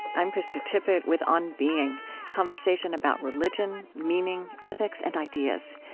i'm krista tippett with on being conversation about religion, meaning, ethics, and ideas.